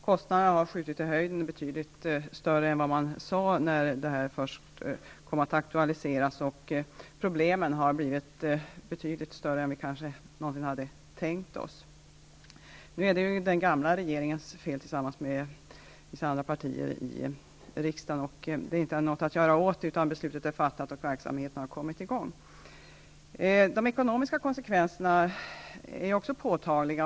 Kostnaderna har skjutit i höjden och är betydligt större än vad man sade när förslaget först kom att aktualiseras. Problemen har blivit betydligt större än vi kunde tänka oss. Det är den gamla regeringens och vissa riksdagspartiers fel. Man kan inte göra något åt det. Beslutet är fattat, och verksamheten har kommit i gång. De ekonomiska konsekvenserna är också påtagliga.